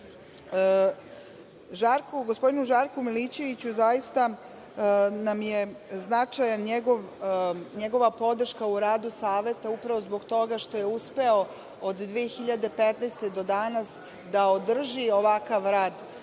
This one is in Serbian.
Beobanci. Gospodinu Žarku Milićeviću, zaista nam je značajna njegova podrška u radu saveta, upravo zbog toga što je uspeo od 2015. godine do danas da održi ovakav rad